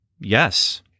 yes